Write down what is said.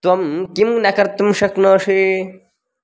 त्वं किं न कर्तुं शक्नोषि